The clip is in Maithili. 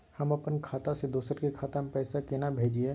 हम अपन खाता से दोसर के खाता में पैसा केना भेजिए?